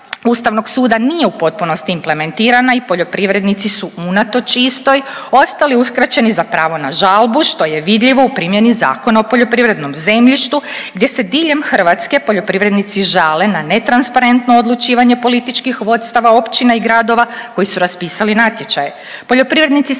ustavnog suda nije u potpunosti implementirana i poljoprivrednici su unatoč isto ostali uskraćeni za pravo na žalbu što je vidljivo u primjeni Zakona o poljoprivrednom zemljištu gdje se diljem Hrvatske poljoprivrednici žale na netransparentno odlučivanje političkih vodstava općina i gradova koji su raspisali natječaj.